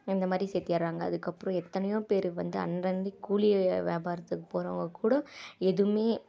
இந்த மாதிரி சேர்த்திட்றாங்க அதுக்கப்புறம் எத்தனையோ பேர் வந்து அன்றன்றைக்கு கூலி வியாபாரத்துக்கு போகிறவங்க கூட எதுவுமே